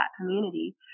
community